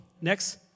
Next